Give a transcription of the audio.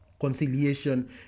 conciliation